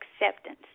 acceptance